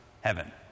heaven